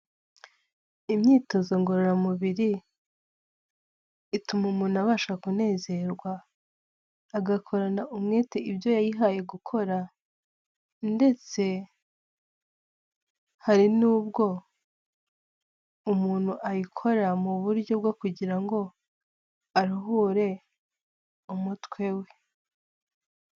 Imyitozo ngororamubiri ituma umuntu abasha kunezerwa agakorana umwete ibyo yihaye gukora, ndetse hari n'ubwo umuntu ayikora mu buryo bwo kugira ngo aruhure umutwe we.